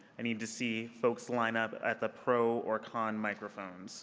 i need to see folks line up at the pro or con microphone.